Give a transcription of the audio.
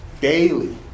Daily